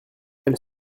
elle